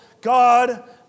God